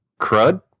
crud